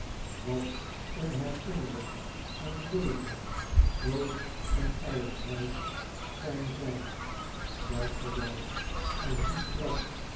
wat een herinnering aan leven dood en ijdelheid zijn zij dat gewelf en die trap